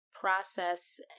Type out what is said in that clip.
process